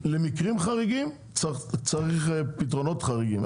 למקרים חריגים צריך פתרונות חריגים.